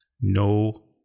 no